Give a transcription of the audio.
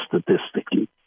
statistically